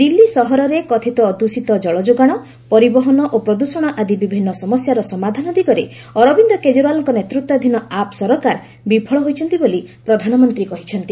ଦିଲ୍ଲୀ ସହରରେ କଥିତ ଦୃଷିତ ଜଳ ଯୋଗାଣ ପରିବହନ ଓ ପ୍ରଦୂଷଣ ଆଦି ବିଭିନ୍ନ ସମସ୍ୟାର ସମାଧାନ ଦିଗରେ ଅରବିନ୍ଦ କେଜରିଓ୍ୱାଲ୍ଙ୍କ ନେତୃତ୍ୱାଧୀନ ଆପ୍ ସରକାର ବିଫଳ ହୋଇଛନ୍ତି ବୋଲି ପ୍ରଧାନମନ୍ତ୍ରୀ କହିଚ୍ଛନ୍ତି